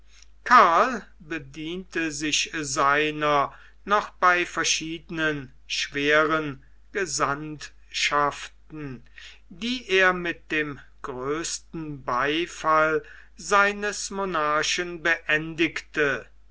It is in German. karl bediente sich seiner noch bei verschiedenen schweren gesandtschaften die er mit dem größten beifall seines monarchen beendigte